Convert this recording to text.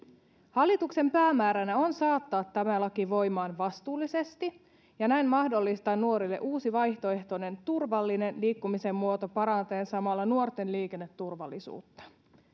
hallituksen päämääränä on saattaa tämä laki voimaan vastuullisesti ja näin mahdollistaa nuorille uusi vaihtoehtoinen turvallinen liikkumisen muoto parantaen samalla nuorten liikenneturvallisuutta